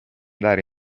dare